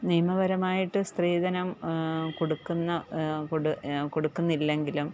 നിയമപരമായിട്ട് സ്ത്രീധനം കൊടുക്കുന്ന കൊടുക്കുന്നില്ലെങ്കിലും